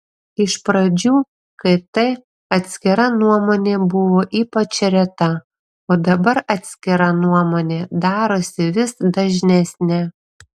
iš pradžių kt atskira nuomonė buvo ypač reta o dabar atskira nuomonė darosi vis dažnesnė